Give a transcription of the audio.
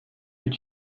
fut